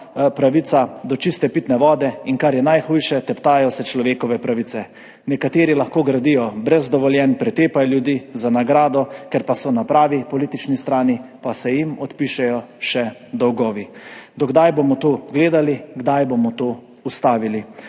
pravica do čiste pitne vode in, kar je najhujše, teptajo se človekove pravice. Nekateri lahko gradijo brez dovoljenj, za nagrado pretepajo ljudi, ker so na pravi politični strani, pa se jim odpišejo še dolgovi. Do kdaj bomo to gledali, kdaj bomo to ustavili?